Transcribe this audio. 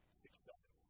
success